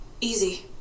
Easy